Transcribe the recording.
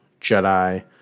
Jedi